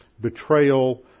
betrayal